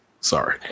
sorry